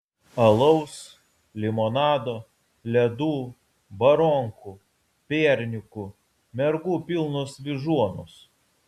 alaus limonado ledų baronkų piernykų mergų pilnos vyžuonos